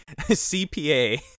CPA